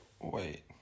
Wait